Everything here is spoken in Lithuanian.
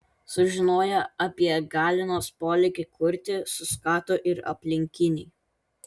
sužinoję apie galinos polėkį kurti suskato ir aplinkiniai